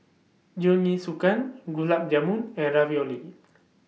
Jingisukan Gulab Jamun and Ravioli